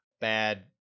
bad